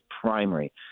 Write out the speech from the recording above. primary